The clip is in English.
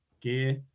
gear